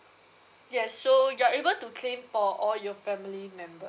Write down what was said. yes so you're able to claim for all your family members